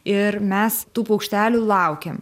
ir mes tų paukštelių laukėm